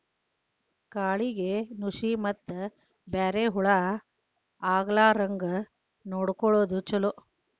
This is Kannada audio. ಕಾಳಿಗೆ ನುಶಿ ಮತ್ತ ಬ್ಯಾರೆ ಹುಳಾ ಆಗ್ಲಾರಂಗ ನೊಡಕೊಳುದು ಚುಲೊ